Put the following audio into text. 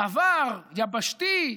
מעבר יבשתי,